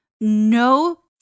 no